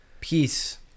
peace